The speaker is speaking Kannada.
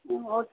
ಹ್ಞೂ ಓಕ್